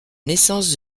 naissance